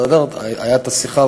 הייתה שיחה,